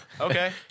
Okay